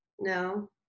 no